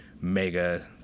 mega